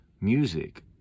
music